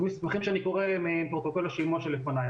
זה מסמכים שאני קורא מפרוטוקול השימוע שלפניי,